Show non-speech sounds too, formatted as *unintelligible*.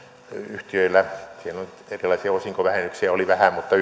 yhtiöillä siellä kaikenlaisia osinkovähennyksiä oli vähän mutta *unintelligible*